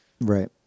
Right